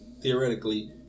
theoretically